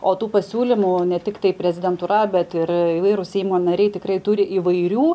o tų pasiūlymų ne tiktai prezidentūra bet ir įvairūs seimo nariai tikrai turi įvairių